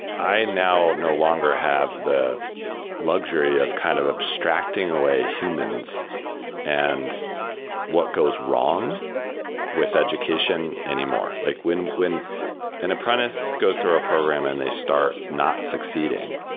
i now no longer have the luxury of kind of abstracting away humans and what goes wrong with education anymore. like when when an apprentice goes through our program and they start not succeeding,